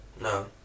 No